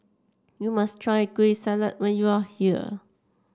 you must try Kueh Salat when you are here